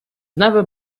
never